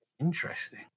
interesting